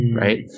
right